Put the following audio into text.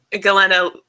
Galena